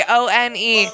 one